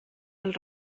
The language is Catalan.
del